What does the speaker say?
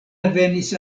revenis